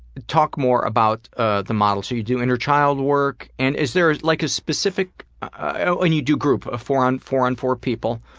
talk more about ah the models. you you do inner child work. and is there a like specific and you do group. four on four and four people.